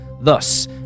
Thus